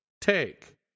take